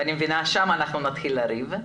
ואני מבינה ששם אנחנו נתחיל לריב,